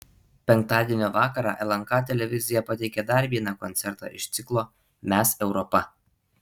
penktadienio vakarą lnk televizija pateikė dar vieną koncertą iš ciklo mes europa